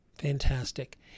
Fantastic